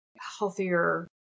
healthier